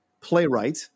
playwright